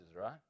right